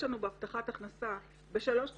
יש לנו בהבטחת הכנסה בשלוש תכניות,